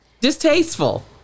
Distasteful